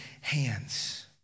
hands